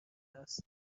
است